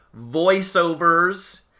voiceovers